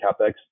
CapEx